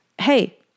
Hey